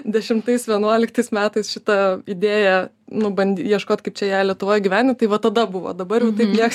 dešimtais vienuoliktais metais šitą idėją nu bandė ieškot kaip čia ją lietuvoj įgyvendint tai va tada buvo dabar jau taip nieks